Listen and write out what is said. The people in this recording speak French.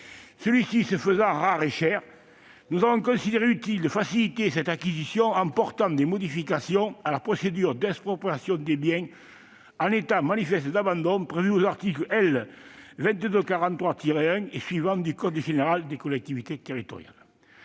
Celui-ci se faisant rare et cher, nous avons considéré utile de faciliter cette acquisition, en modifiant la procédure d'expropriation des biens en état d'abandon manifeste prévue aux articles L. 2243-1 et suivants du code général des collectivités territoriales.